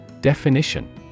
Definition